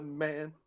man